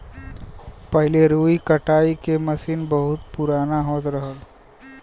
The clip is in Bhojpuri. पहिले रुई कटाई के मसीन बहुत पुराना होत रहल